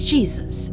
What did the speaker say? Jesus